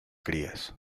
crías